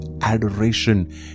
adoration